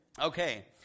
Okay